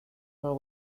her